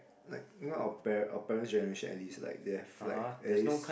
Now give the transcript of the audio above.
like you know our our parents generation at least like they've like at least